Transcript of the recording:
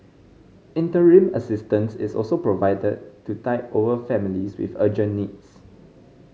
interim assistance is also provided to tide over families with urgent needs